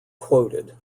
quoted